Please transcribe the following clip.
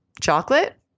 chocolate